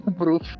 proof